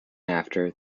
after